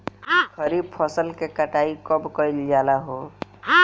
खरिफ फासल के कटाई कब कइल जाला हो?